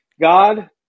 God